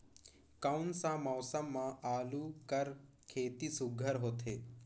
कोन सा मौसम म आलू कर खेती सुघ्घर होथे?